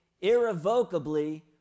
irrevocably